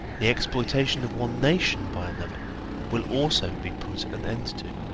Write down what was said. the exploitation of one nation by another will also be put an end to.